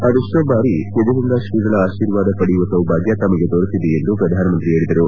ಅದೆಷ್ಲೋ ಬಾರಿ ಸಿದ್ದಗಂಗಾ ಶ್ರೀಗಳ ಆಶೀರ್ವಾದ ಪಡೆಯುವ ಸೌಭಾಗ್ಯ ತಮಗೆ ದೊರೆತಿದೆ ಎಂದು ಪ್ರಧಾನಮಂತ್ರಿ ಹೇಳಿದರು